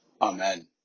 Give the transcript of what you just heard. Amen